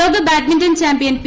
ലോകബാഡ്മിന്റൺ champion P